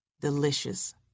Delicious